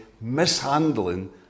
mishandling